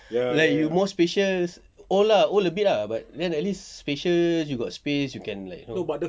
like you more spacious old lah old a bit but then at least spacious you got space you can like